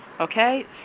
Okay